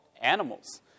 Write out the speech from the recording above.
animals